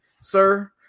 sir